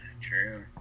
true